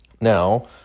Now